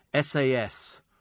SAS